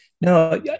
No